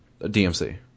DMC